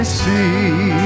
see